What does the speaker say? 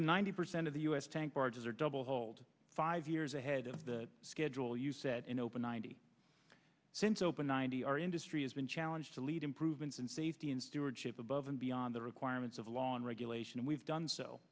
than ninety percent of the us bank barges are double hold five years ahead of the schedule you said in open ninety since open ninety our industry has been challenged to lead improvements in safety and stewardship above and beyond the requirements of law and regulation and we've done so